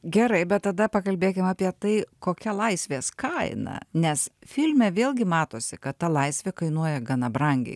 gerai bet tada pakalbėkim apie tai kokia laisvės kaina nes filme vėlgi matosi kad ta laisvė kainuoja gana brangiai